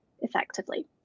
effectively